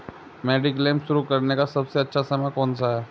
Mediclaim शुरू करने का सबसे अच्छा समय कौनसा है?